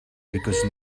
because